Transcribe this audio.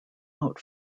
out